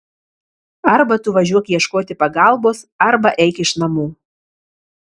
arba tu važiuok ieškoti pagalbos arba eik iš namų